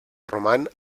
roman